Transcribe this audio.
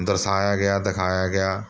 ਦਰਸਾਇਆ ਗਿਆ ਦਿਖਾਇਆ ਗਿਆ